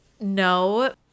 No